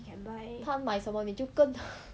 她买什么你就跟